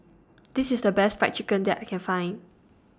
This IS The Best Fried Chicken that I Can Find